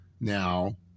Now